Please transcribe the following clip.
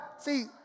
See